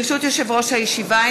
ברשות יושב-ראש הישיבה,